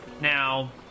Now